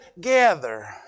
gather